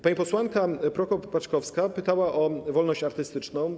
Pani posłanka Prokop-Paczkowska pytała o wolność artystyczną.